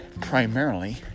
primarily